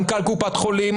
מנכ"ל קופת חולים,